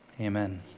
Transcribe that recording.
Amen